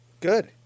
Good